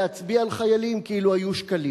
להצביע על חיילים כאילו היו שקלים.